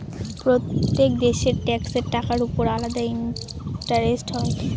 প্রত্যেক দেশের ট্যাক্সের টাকার উপর আলাদা ইন্টারেস্ট হয়